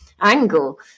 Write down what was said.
angle